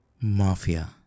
Mafia